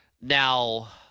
Now